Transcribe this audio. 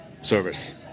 service